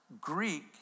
Greek